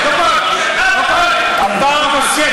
(אומר בערבית: שקט,